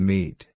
Meet